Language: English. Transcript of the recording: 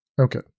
Okay